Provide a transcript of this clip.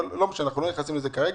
אבל אנחנו לא נכנסים לזה כרגע.